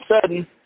sudden